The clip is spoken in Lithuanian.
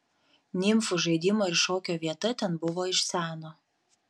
nimfų žaidimo ir šokio vieta ten buvo iš seno